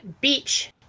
beach